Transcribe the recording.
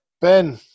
Ben